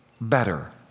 better